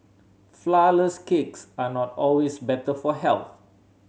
flourless cakes are not always better for health